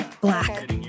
black